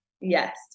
Yes